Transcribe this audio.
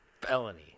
Felony